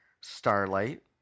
Starlight